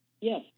Yes